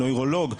נוירולוג,